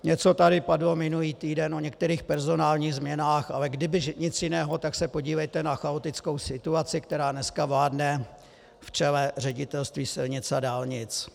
Něco tady padlo minulý týden o některých personálních změnách, ale kdyby nic jiného, tak se podívejte na chaotickou situaci, která dneska vládne v čele Ředitelství silnic a dálnic.